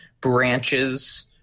branches